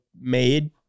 made